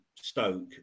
Stoke